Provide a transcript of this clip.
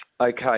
Okay